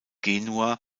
genua